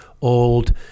old